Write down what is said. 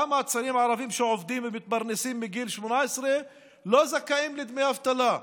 למה צעירים ערבים שעובדים ומתפרנסים מגיל 18 לא זכאים לדמי אבטלה?